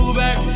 back